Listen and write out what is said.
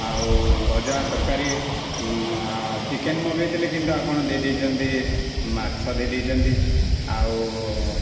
ଆଉ ଭଜା ତରକାରି ଚିକେନ ମଗାଇଥିଲି କିନ୍ତୁ ଆପଣ ଦେଇଦେଇଛନ୍ତି ମାଛ ଦେଇଦେଇଛନ୍ତି ଆଉ